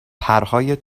پرهای